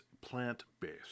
plant-based